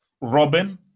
Robin